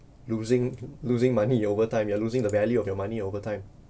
losing losing money your overtime you are losing the value of your money over time